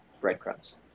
Breadcrumbs